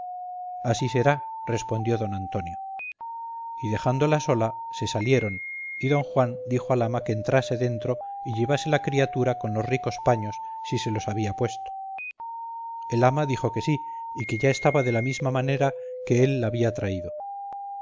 así será respondió don antonio y dejándola sola se salieron y don juan dijo al ama que entrase dentro y llevase la criatura con los ricos paños si se los había puesto el ama dijo que sí y que ya estaba de la misma manera que él la había traído